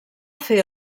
fer